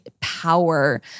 power